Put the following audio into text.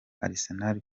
arsenal